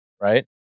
right